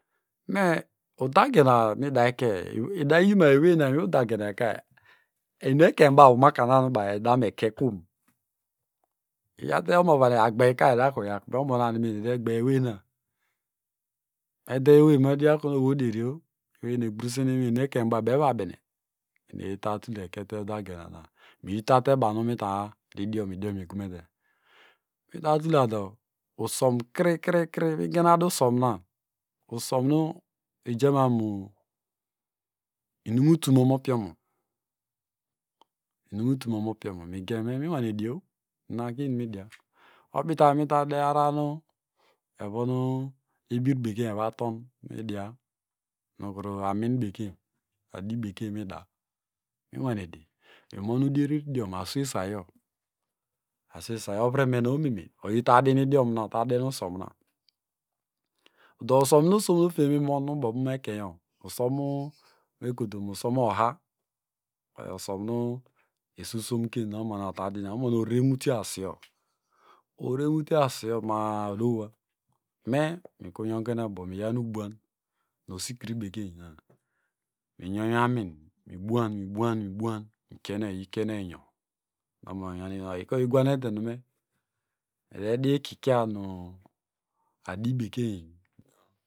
Me udagenanumidayke idayim amu eweyana ininudagenaka enu ekenybaw umaka ne ne nu edame kekom? Iyawte omavahine agbeyke idayakume orionanime eniedegbeya eweyna medeyowei media kunu oweyna oderiyo eweyna egbreseninuwey enuekenybaw evabene eneyita tula ekete udagena na mitadi diom idiom igumete mita tulado usonkrikri migenadusomna usomnu ojanu inum utum omopiomo unum utum omopiomo migen minwane diyo enakinumedia obita mita de ararar nu evon ebir bekery evaton midia nukuru amin bekeny adibekeny mida munonedi mimonudieridiom aswesayo aswey isayo ovremena omeme oyita dinidioma oyita den usomna do usomnu osomofiekine memimom ekenyo usom mekotun usomoha oyo usomnu osusomken omonaotadina omona oreremtio asuyo orerenmutuye asuyoma a odowa me mikrunyongenoyiubo do miyawnu ubuan osikiri bekeny minyonminwi amin mibuan mibuan mikienow iyikienoyinyo ma- a oyika oyigwanete nume edediikikya nu adibekeny nu.